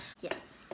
Yes